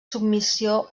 submissió